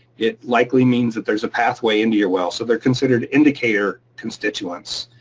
it likely means that there's a pathway into your well. so they're considered indicator constituents.